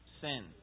sin